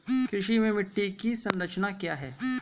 कृषि में मिट्टी की संरचना क्या है?